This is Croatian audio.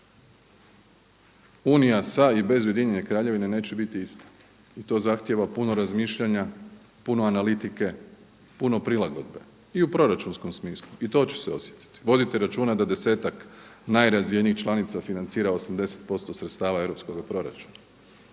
Unija sa i bez Ujedinjene Kraljevine neće biti ista i to zahtijeva puno razmišljanja, puno analitike, puno prilagodbe i u proračunskom smislu, i to će se osjetiti. Vodite računa da desetak najrazvijenijih članica financira 80% sredstava europskoga proračuna.